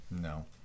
No